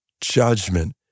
judgment